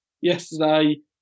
yesterday